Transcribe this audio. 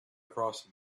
crossed